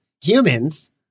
humans